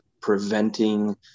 preventing